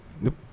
Nope